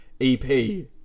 EP